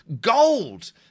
gold